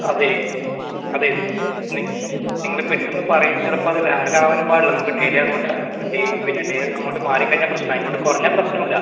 അതെ അതെ നിങ്ങൾ പെട്ടെന്ന് പറയുമ്പോൾ ചിലപ്പോൾ അത് ലാഗ് ആവാനും പാടില്ല നമുക്ക് അങ്ങോട്ട് ഇപ്പോൾ ഡേ പിന്നെ ഡേ അങ്ങോട്ട് മാറി കഴിഞ്ഞാൽ പ്രശ്നാണ് ഇങ്ങോട്ട് കൊറഞ്ഞാ പ്രശ്നം ഇല്ല